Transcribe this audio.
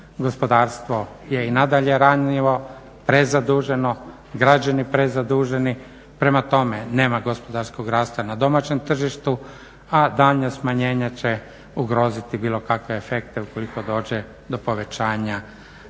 gospodarstvo je i nadalje ranjivo, prezaduženo, građani prezaduženi. Prema tome, nema gospodarskog rasta na domaćem tržištu, a daljnja smanjenja će ugroziti bilo kakve efekte ukoliko dođe do povećanja